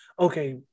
okay